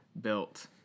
built